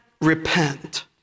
repent